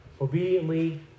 obediently